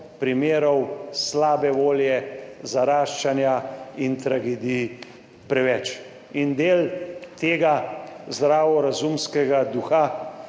primerov slabe volje, zaraščanja in tragedij preveč. In del tega zdravorazumskega duha,